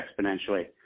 exponentially